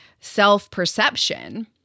self-perception